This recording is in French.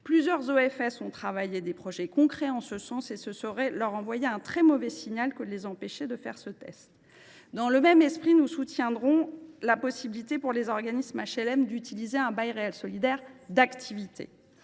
Plusieurs d’entre eux ont travaillé des projets concrets en ce sens ; ce serait leur envoyer un très mauvais signal que de les empêcher de faire ce test. Dans le même esprit, nous soutiendrons la possibilité pour les organismes d’HLM d’utiliser un bail réel solidaire d’activité.